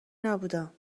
نبودم